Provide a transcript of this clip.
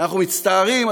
אנחנו מצטערים,